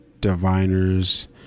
diviners